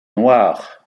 noires